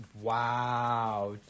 Wow